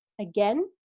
Again